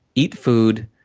eat food,